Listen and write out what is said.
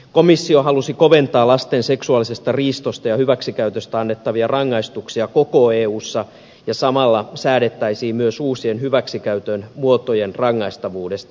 komissio halusi koventaa lasten seksuaalisesta riistosta ja hyväksikäytöstä annettavia rangaistuksia koko eussa ja samalla säädettäisiin myös uusien hyväksikäytön muotojen rangaistavuudesta